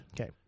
Okay